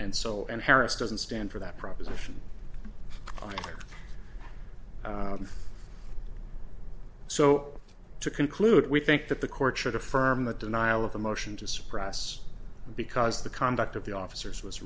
and soul and harris doesn't stand for that proposition either so to conclude we think that the court should affirm the denial of a motion to suppress because the conduct of the officers was